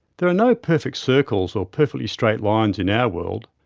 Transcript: there are no perfect circles or perfectly straight lines in our world.